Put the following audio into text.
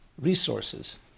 resources